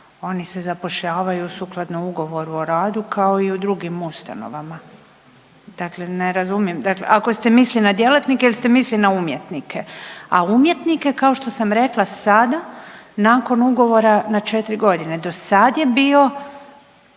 Oni se zapošljavaju sukladno ugovoru o radu, kao i u drugim ustanovama. Dakle ne razumijem. Ako ste mislili na djelatnike jer ste mislili na umjetnike. A umjetnike, kao što sam rekla sada, nakon ugovora na 4 godine. Do sad je bio